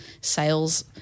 sales